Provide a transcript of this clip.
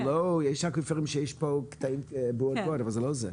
יש אקוויפרים שיש בהם קטעים אבל זה לא זה.